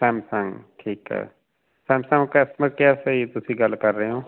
Samsung ਠੀਕ ਹੈ Samsung customer care ਤੋਂ ਜੀ ਤੁਸੀਂ ਗੱਲ ਕਰ ਰਹੇ ਹੋ